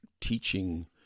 teaching